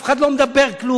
אף אחד לא מדבר כלום,